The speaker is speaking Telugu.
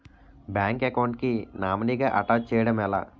బ్యాంక్ అకౌంట్ కి నామినీ గా అటాచ్ చేయడం ఎలా?